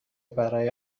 برای